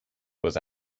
was